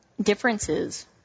differences